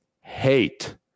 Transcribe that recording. hate